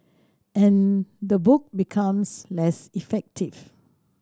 and the book becomes less effective